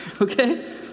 Okay